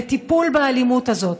לטיפול באלימות הזאת,